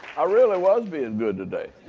i really was being good today.